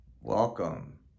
welcome